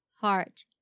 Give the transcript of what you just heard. heart